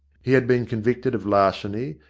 he had been convicted of larceny,